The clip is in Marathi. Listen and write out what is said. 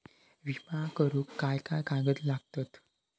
विमा करुक काय काय कागद लागतत?